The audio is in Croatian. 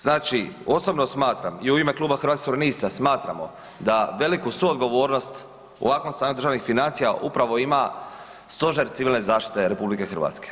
Znači osobno smatram i u ime kluba Hrvatskih suverenista smatramo da veliku suodgovornost u ovakvom stanju državnih financija upravo ima Stožer civilne zaštite RH.